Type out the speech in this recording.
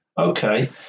Okay